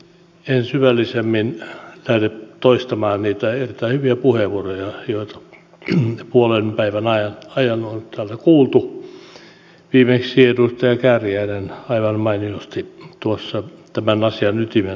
en syvällisemmin lähde toistamaan niitä erittäin hyviä puheenvuoroja joita puolen päivän ajan on täältä kuultu viimeksi edustaja kääriäinen aivan mainiosti tuossa tämän asian ytimen lausui